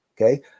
Okay